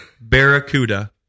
barracuda